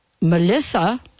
Melissa